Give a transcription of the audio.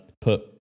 put